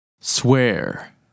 swear